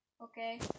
Okay